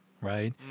right